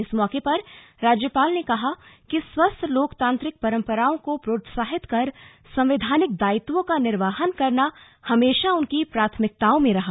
इस मौके पर राज्यपाल ने कहा कि स्वस्थ लोकतांत्रिक परम्पराओं को प्रोत्साहित कर संवैधानिक दायित्वों का निर्वहन करना हमेशा उनकी प्राथमिकताओं में रहा